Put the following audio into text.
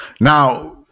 Now